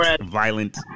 violent